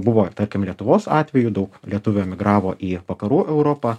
buvo tarkim lietuvos atveju daug lietuvių emigravo į vakarų europą